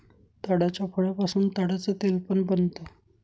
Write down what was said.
ताडाच्या फळापासून ताडाच तेल पण बनत